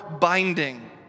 binding